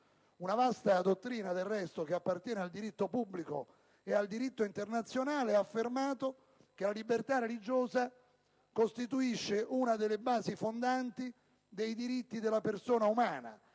una vasta dottrina che appartiene al diritto pubblico ed al diritto internazionale ha affermato che la libertà religiosa costituisce una delle basi fondanti dei diritti della persona umana.